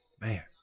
Man